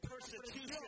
persecution